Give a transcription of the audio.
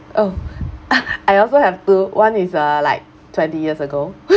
oh I also have two one is uh like twenty years ago